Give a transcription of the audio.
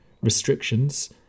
restrictions